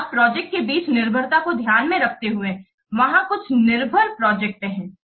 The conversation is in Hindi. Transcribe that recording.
तो अब प्रोजेक्ट के बीच निर्भरता को ध्यान में रखते हुए वहाँ कुछ निर्भर प्रोजेक्ट हैं